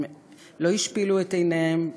הם לא השפילו את עיניהם,